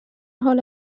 حال